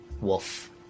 wolf